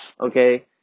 okay